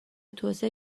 توسعه